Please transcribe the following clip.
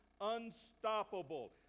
unstoppable